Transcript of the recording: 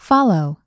Follow